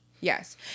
Yes